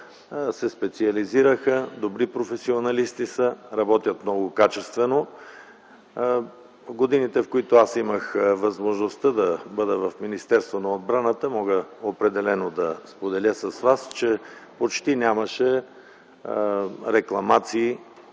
се специализираха, добри професионалисти са, работят много качествено. Годините, в които аз имах възможността да бъда в Министерството на отбраната, мога определено да споделя с вас, че почти нямаше рекламации,